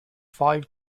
five